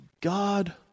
God